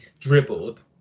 dribbled